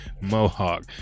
mohawk